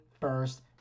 first